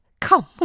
Come